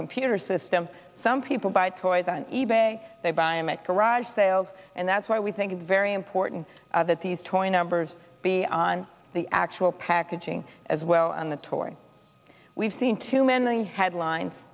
computer system some people buy toys on e bay they buy him at garage sales and that's why we think it's very important that these toy numbers be on the actual packaging as well and the torn we've seen two men and headlines